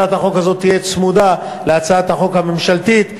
תהיה צמודה להצעת החוק הממשלתית,